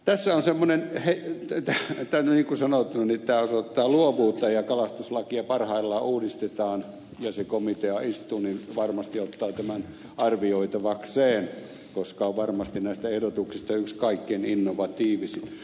niin kuin sanottu tämä osoittaa luovuutta ja kun kalastuslakia parhaillaan uudistetaan ja se komitea istuu niin varmasti ottaa tämän arvioitavakseen koska on varmasti näistä ehdotuksista yksi kaikkein innovatiivisin